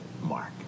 Mark